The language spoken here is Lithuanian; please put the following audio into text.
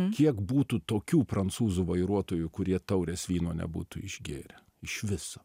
kiek būtų tokių prancūzų vairuotojų kurie taurės vyno nebūtų išgėrę iš viso